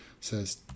says